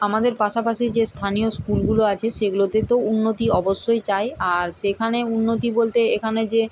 আমাদের পাশাপাশি যে স্থানীয় স্কুলগুলো আছে সেগুলোতে তো উন্নতি অবশ্যই চাই আর সেখানে উন্নতি বলতে এখানে যে